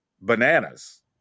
bananas